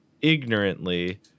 ignorantly